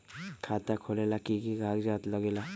खाता खोलेला कि कि कागज़ात लगेला?